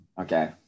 Okay